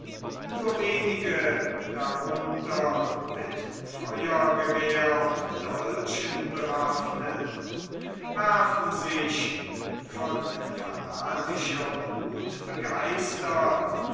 nur wenige darunter mit feuergewehr und dolchen bewaffnet werfen sich von fanatischer wuth begeistert